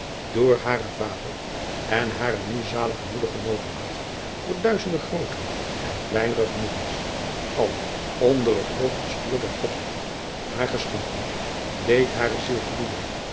door haren ader en hare nu zalige oeder genoten had voor duizende grootere en kleinere genoegens alle onder het hoog bestuur der odheid haar geschonken deed hare ziel gloeijen